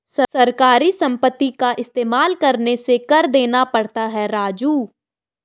सरकारी संपत्ति का इस्तेमाल करने से कर देना पड़ता है राजू